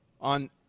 on